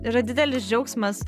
yra didelis džiaugsmas